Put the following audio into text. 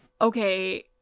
okay